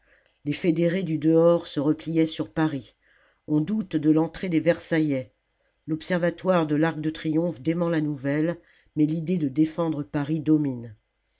les fédérés du dehors se repliaient sur paris on doute de l'entrée des versaillais l'observatoire de larc de triomphe dément la nouvelle mais l'idée de défendre paris domine